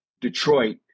Detroit